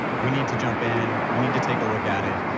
we need to jump in, we need to take a look at it